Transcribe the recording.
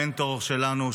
המנטור שלנו,